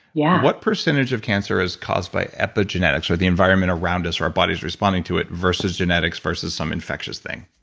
yeah what percentage of cancer is caused by epigenetics or the environment around us or our bodies responding to it versus genetics versus some infectious thing?